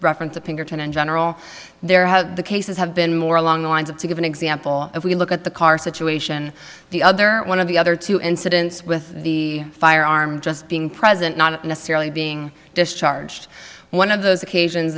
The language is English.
reference to pinkerton in general there have cases have been more along the lines of to give an example if we look at the car situation the other one of the other two incidents with the firearm just being present not necessarily being discharged one of those occasions